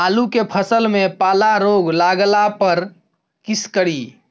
आलू के फसल मे पाला रोग लागला पर कीशकरि?